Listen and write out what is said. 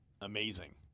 Amazing